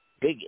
big